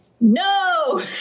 no